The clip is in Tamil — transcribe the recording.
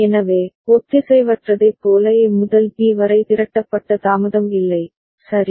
எனவே ஒத்திசைவற்றதைப் போல A முதல் B வரை திரட்டப்பட்ட தாமதம் இல்லை சரி